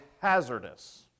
hazardous